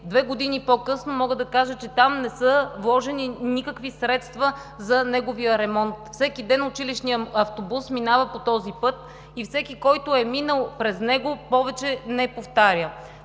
две години по-късно мога да кажа, че там не са вложени никакви средства за неговия ремонт. Всеки ден училищният автобус минава по този път и всеки, който е минал през него, повече не повтаря.